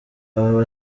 aba